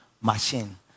machine